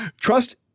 trust